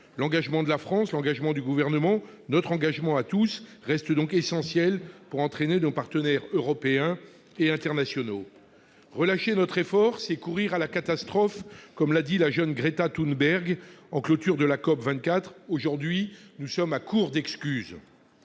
L'engagement de la France, l'engagement du Gouvernement, notre engagement à tous restent donc essentiels pour entraîner nos partenaires européens et internationaux. Relâcher notre effort, c'est courir à la catastrophe, comme l'a dit la jeune Greta Thunberg en clôture de la COP24 : aujourd'hui, « nous sommes à court d'excuses.